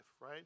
right